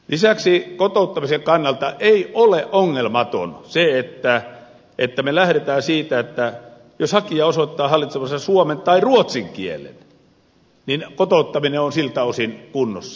lisäksi kotouttamisen kannalta ei ole ongelmatonta se että me lähdemme siitä että jos hakija osoittaa hallitsevansa suomen tai ruotsin kielen niin kotouttaminen on siltä osin kunnossa